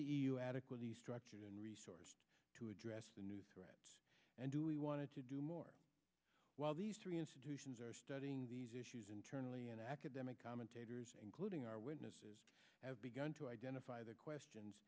o adequate the structure and resources to address the new threats and we wanted to do more while these three institutions are studying these issues internally and academic commentators including our witnesses have begun to identify the questions